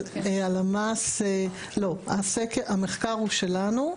אבל הלמ"ס לא, הסקר, המחקר הוא שלנו.